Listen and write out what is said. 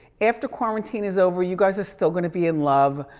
after quarantine is over, you guys are still gonna be in love.